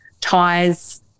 ties